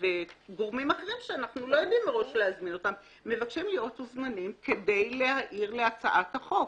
- להיות מוזמנים כדי להעיר להצעת החוק.